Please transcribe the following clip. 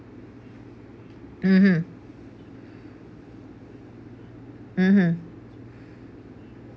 mmhmm mmhmm